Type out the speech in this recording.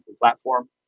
platform